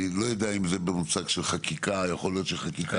אני לא יודע אם זה בחקיקה -- חייב חקיקה.